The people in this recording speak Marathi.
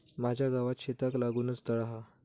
माझ्या गावात शेताक लागूनच तळा हा